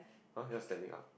all here standing up